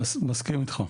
מסכים איתך.